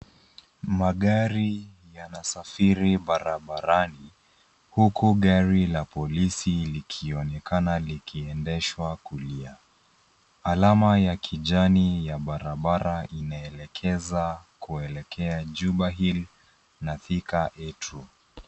Magari yanasafiri barabarani, huku gari la polisi likionekana likiendeshwa kulia. Alama ya kijani ya barabara, inaelekeza kuelekea Juba hill na Thika A2.